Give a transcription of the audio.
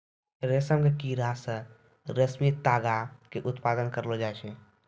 रेशम के कीड़ा से रेशमी तागा के उत्पादन करलो जाय छै